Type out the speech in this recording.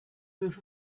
group